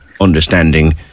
understanding